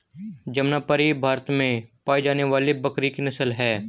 जमनापरी भारत में पाई जाने वाली बकरी की नस्ल है